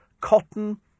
cotton